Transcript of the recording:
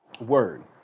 word